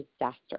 disaster